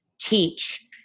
teach